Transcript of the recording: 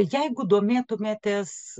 jeigu domėtumėtės